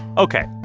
ok,